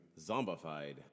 zombified